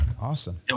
awesome